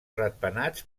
ratpenats